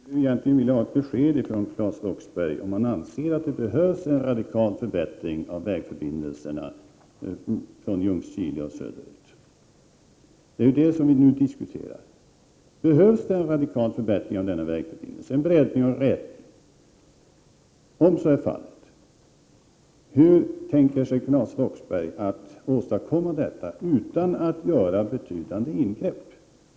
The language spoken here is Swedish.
Fru talman! Jag skulle egentligen vilja ha ett besked från Claes Roxbergh om han anser att det behövs en radikal förbättring av vägförbindelserna från Ljungskile och söder ut. Det är det som vi nu diskuterar. Behövs det en radikal förbättring av denna vägförbindelse, en breddning och uträtning av vägen? Om så är fallet, hur tänker sig Claes Roxbergh att åstadkomma detta utan att göra betydande ingrepp?